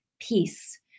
peace